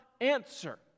answer